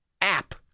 app